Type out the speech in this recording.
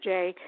Jay